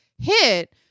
hit